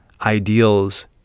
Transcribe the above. ideals